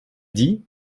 dit